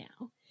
now